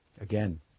again